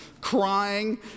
crying